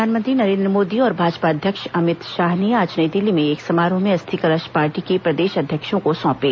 प्रधानमंत्री नरेन्द्र मोदी और भाजपा अध्यक्ष अमित शाह ने आज नई दिल्ली में एक समारोह में अस्थि कलश पार्टी के प्रदेश अध्यक्षों को सौंपे